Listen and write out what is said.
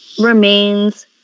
remains